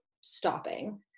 stopping